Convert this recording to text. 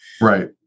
right